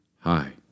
Hi